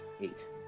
Eight